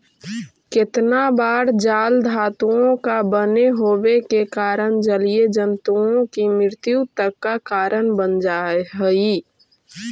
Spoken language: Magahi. केतना बार जाल धातुओं का बने होवे के कारण जलीय जन्तुओं की मृत्यु तक का कारण बन जा हई